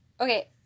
Okay